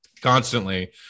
constantly